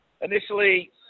Initially